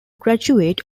graduate